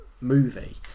movie